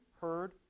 heard